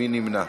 מי נמנע?